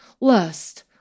lust